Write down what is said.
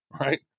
right